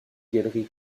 galeries